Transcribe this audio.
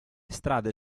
strade